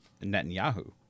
Netanyahu